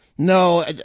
No